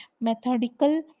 methodical